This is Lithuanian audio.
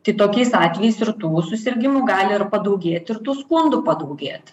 tai tokiais atvejais ir tų susirgimų gali ir padaugėt ir tų skundų padaugėt